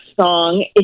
song